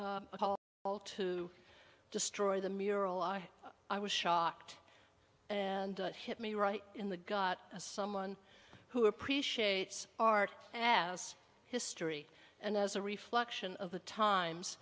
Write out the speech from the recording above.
to destroy the mural i i was shocked and it hit me right in the got someone who appreciates art as history and as a reflection of the times